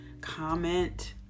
comment